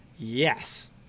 Yes